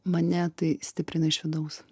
mane tai stiprina iš vidaus